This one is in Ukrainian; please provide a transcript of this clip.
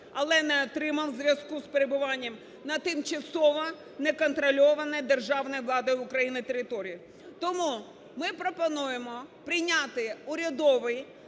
але не отримав у зв'язку з перебуванням на тимчасово неконтрольованій державною владою України території. Тому ми пропонуємо прийняти урядовий